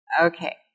Okay